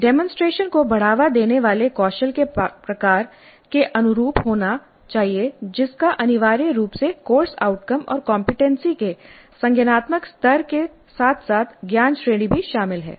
demonstration को बढ़ावा देने वाले कौशल के प्रकार के अनुरूप होना चाहिए जिसका अनिवार्य रूप से कोर्स आउटकम और कमपेटेंसी के संज्ञानात्मक स्तर के साथ साथ ज्ञान श्रेणी भी शामिल है